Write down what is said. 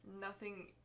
Nothing-